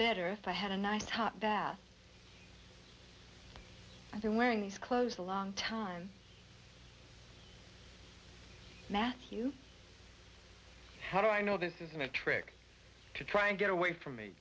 better if i had a nice hot bath and they're wearing these clothes a long time matthew how do i know this isn't a trick to try and get away from me